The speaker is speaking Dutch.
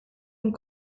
een